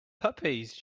puppies